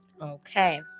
Okay